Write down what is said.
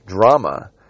drama